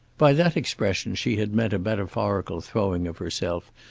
by that expression she had meant a metaphorical throwing of herself,